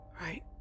Right